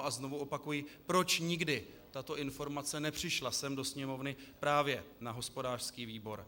A znovu opakuji: Proč nikdy tato informace nepřišla sem do Sněmovny právě na hospodářský výbor?